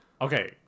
okay